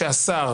שהשר,